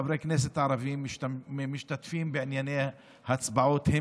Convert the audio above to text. חברי כנסת ערבים משתתפים בהצבעות בענייני,